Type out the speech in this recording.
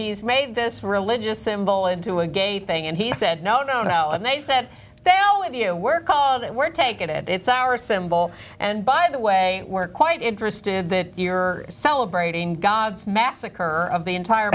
he's made this religious symbol into a gay thing and he said no no no and they said they owe if you were called they were taken and it's our symbol and by the way we're quite interested that you're celebrating god's massacre of the entire